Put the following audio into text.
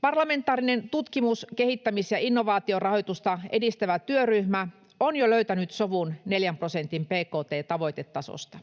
Parlamentaarinen tutkimus‑, kehittämis‑ ja innovaatiorahoitusta edistävä työryhmä on jo löytänyt sovun neljän prosentin bkt-tavoitetasosta.